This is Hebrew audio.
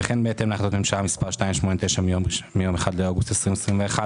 וכן בהתאם להחלטת ממשלה מספר 289 מיום 1 באוגוסט 2021,